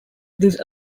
this